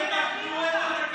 אני אומר הפוך,